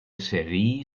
serie